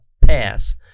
pass